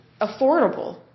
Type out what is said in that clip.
affordable